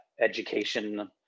education